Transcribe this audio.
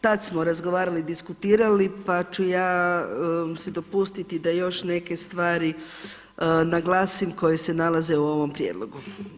Tada smo razgovarali, diskutirali pa ću si ja dopustiti da još neke stvari naglasim koje se nalaze u ovom prijedlogu.